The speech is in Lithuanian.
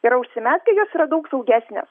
yra užsimezgę jos yra daug saugesnės